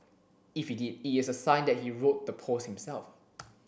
if he did it is a sign that he wrote the post himself